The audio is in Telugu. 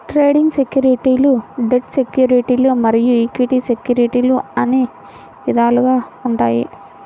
ట్రేడింగ్ సెక్యూరిటీలు డెట్ సెక్యూరిటీలు మరియు ఈక్విటీ సెక్యూరిటీలు అని విధాలుగా ఉంటాయి